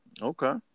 Okay